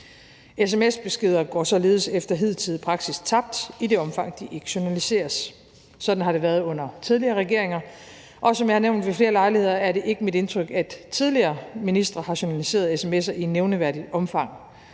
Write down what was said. Sms-beskeder går således efter hidtidig praksis tabt, i det omfang de ikke journaliseres. Sådan har det været under tidligere regeringer, og som jeg har nævnt ved flere lejligheder, er det ikke mit indtryk, at tidligere ministre har journaliseret sms'er i nævneværdigt omfang,